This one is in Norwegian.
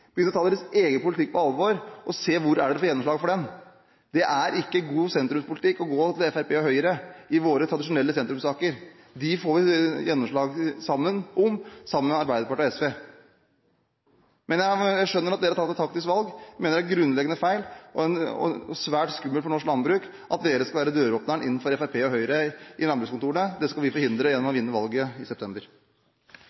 begynne å ta sin egen politikk på alvor, og se hvor det er de får gjennomslag for den. Det er ikke god sentrumspolitikk å gå til Fremskrittspartiet og Høyre i våre tradisjonelle sentrumssaker. De får vi gjennomslag for sammen med Arbeiderpartiet og SV. Men jeg skjønner at de har tatt et taktisk valg. Jeg mener det er grunnleggende feil og svært skummelt for norsk landbruk at de skal være døråpneren for Fremskrittspartiet og Høyre inn i landbrukskontorene. Det skal vi forhindre gjennom å